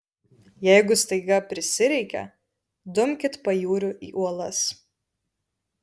jeigu staiga prisireikia dumkit pajūriu į uolas